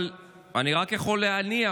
אני רק יכול להניח